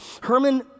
Herman